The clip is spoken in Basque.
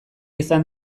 izan